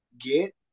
get